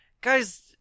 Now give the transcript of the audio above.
guys